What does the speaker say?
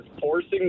forcing